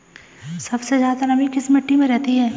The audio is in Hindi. सबसे ज्यादा नमी किस मिट्टी में रहती है?